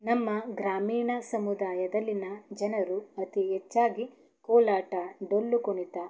ನಮ್ಮ ಗ್ರಾಮೀಣ ಸಮುದಾಯದಲ್ಲಿನ ಜನರು ಅತಿ ಹೆಚ್ಚಾಗಿ ಕೋಲಾಟ ಡೊಳ್ಳು ಕುಣಿತ